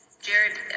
Jared